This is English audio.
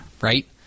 Right